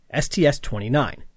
STS-29